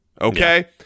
Okay